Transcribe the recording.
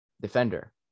defender